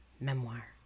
memoir